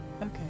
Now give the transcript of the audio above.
Okay